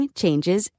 changes